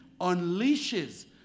unleashes